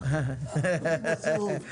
השם שלנו,